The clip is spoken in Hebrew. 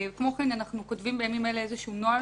כמו כן אנחנו כותבים בימים אלה איזשהו נוהל